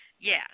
Yes